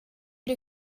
die